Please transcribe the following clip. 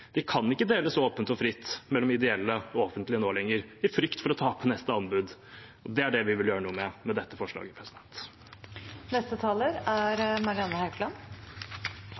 kan ikke deles åpent og fritt mellom de ideelle og offentlige nå lenger – av frykt for å tape neste anbud. Det er det vi vil gjøre noe med med dette forslaget. Det er